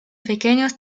pequeños